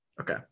Okay